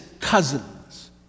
cousins